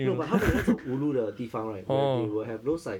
no but 他们有那种 ulu 的地方 right where they will have those like